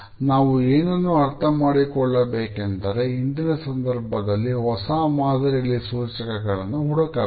ನಾವು ಏನನ್ನು ಅರ್ಥ ಮಾಡಿಕೊಳ್ಳಬೇಕೆಂದರೆ ಇಂದಿನ ಸಂದರ್ಭದಲ್ಲಿ ಹೊಸಾ ಮಾದರಿಯಲ್ಲಿ ಸೂಚಕಗಳನ್ನು ಹುಡುಕಬೇಕು